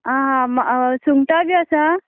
आं हां हय सुंगटां बी आसा